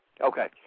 Okay